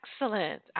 excellent